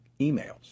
emails